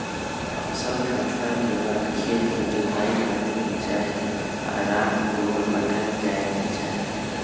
फसल काटला के बाद खेत के जोताइ करे के चाही आऽ राख गोबर पटायल जाय के चाही